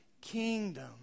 kingdom